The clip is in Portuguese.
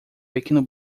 pequeno